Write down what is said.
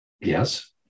Yes